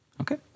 Okay